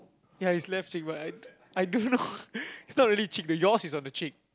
ya his left cheek but I I don't know it's not really cheek the yours is on the cheek